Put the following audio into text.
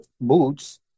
boots